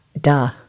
duh